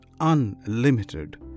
unlimited